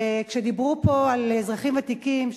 כשדיברו פה על אזרחים ותיקים,